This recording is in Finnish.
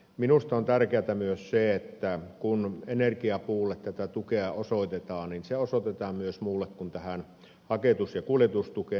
minusta on tärkeätä myös se että kun energiapuulle tätä tukea osoitetaan se osoitetaan myös muualle kuin tähän haketus ja kuljetustukeen